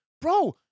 bro